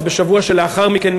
אז בשבוע שלאחר מכן,